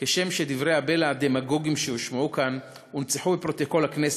כשם שדברי הבלע הדמגוגיים שהושמעו כאן הונצחו בפרוטוקול הכנסת,